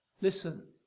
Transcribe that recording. Listen